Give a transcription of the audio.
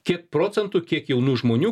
kiek procentų kiek jaunų žmonių